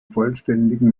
vollständigen